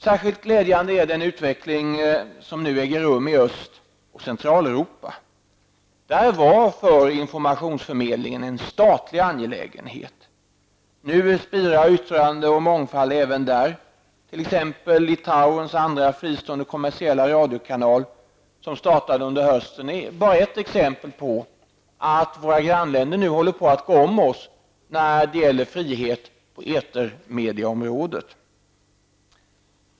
Särskilt glädjande är den utveckling som nu äger rum i Öst och Centraleuropa. Där var förr informationsförmedlingen en statlig angelägenhet. Nu spirar yttrandefrihet och mångfald även där, t.ex. i Litauens andra fristående kommersiella radiokanal, som startade under hösten. Det är bara ett exempel på att våra grannländer nu håller på att gå om oss när det gäller frihet på etermedieområdet.